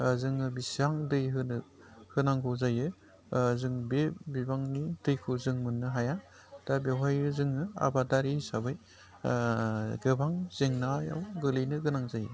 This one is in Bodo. जोङो बेसेबां दै होनो होनांगौ जायो जों बे बिबांनि दैखौ जों मोननो हाया दा बेवहायो जोङो आबादारि हिसाबै गोबां जेंनायाव गोग्लैनो गोनां जायो